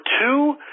two